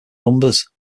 numbers